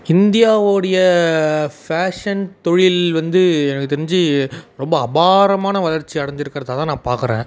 இந்தியாவோடைய fashion தொழில் வந்து எனக்கு தெரிஞ்சு ரொம்ப அபாரமான வளர்ச்சி அடைஞ்சிருக்கறதா தான் நான் பாக்கிறேன்